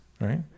right